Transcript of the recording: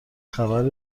خبر